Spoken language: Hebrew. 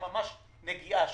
הייתה ממש רק נגיעה שם,